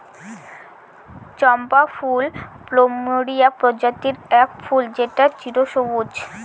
চম্পা ফুল প্লুমেরিয়া প্রজাতির এক ফুল যেটা চিরসবুজ